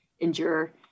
endure